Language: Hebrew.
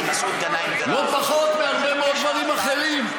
לא פחות מהרבה מאוד דברים אחרים.